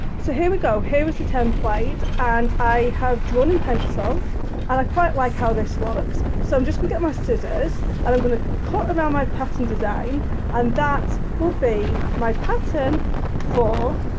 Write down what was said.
so here we go here is the template and i have drawn in pencil and i quite like how this looks so i'm just going to get my scissors and i'm going to around my pattern design and that will be my pattern for